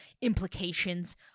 implications